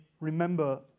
remember